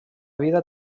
vida